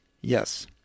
Yes